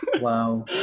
Wow